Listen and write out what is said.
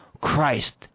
Christ